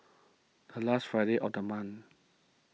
a last Friday of the month